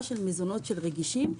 מזונות רגישים.